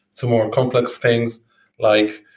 some more complex things like,